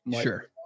sure